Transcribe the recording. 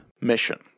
mission